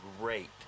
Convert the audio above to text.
great